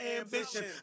ambition